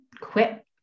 quit